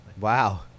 Wow